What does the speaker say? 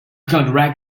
counteract